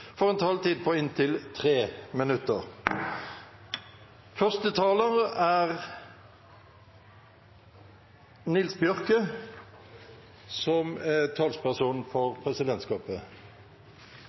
får en taletid på inntil 3 minutter.